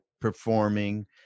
performing